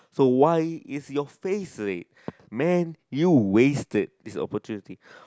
so why is you face red man you wasted is opportunity